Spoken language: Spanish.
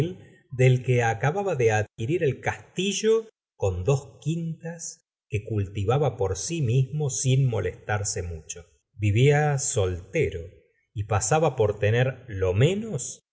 del que acababa de adquirir el castillo con dos quintas que cultivaba por sí mismo sin molestarse mucho vivía soltero y pasaba por tener lo menos